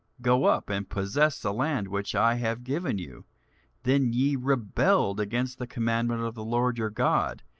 go up and possess the land which i have given you then ye rebelled against the commandment of the lord your god,